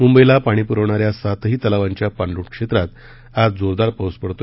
मुंबईला पाणी पुरवणाऱ्या सातही तलावांच्या पाणलोट क्षेत्रात आज जोरदार पाऊस पडत आहे